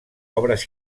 obres